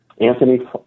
Anthony